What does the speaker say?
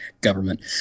government